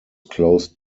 closed